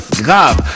grave